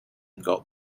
got